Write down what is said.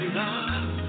love